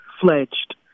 fledged